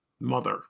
mother